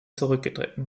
zurückgetreten